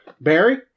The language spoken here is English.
Barry